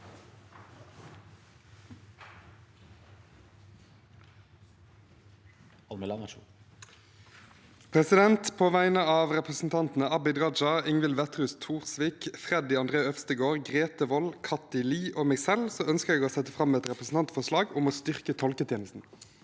På vegne av re- presentantene Abid Raja, Ingvild Wetrhus Thorsvik, Freddy André Øvstegård, Grete Wold, Kathy Lie og meg selv ønsker jeg å sette fram et representantforslag om å styrke tolketjenesten.